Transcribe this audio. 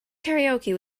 karaoke